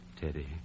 Teddy